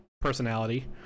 personality